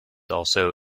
also